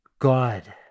God